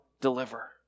deliver